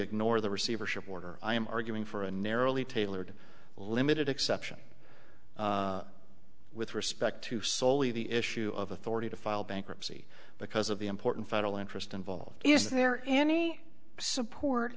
ignore the receivership order i am arguing for a narrowly tailored limited exception with respect to soley the issue of authority to file bankruptcy because of the important federal interest involved is there any support